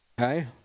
okay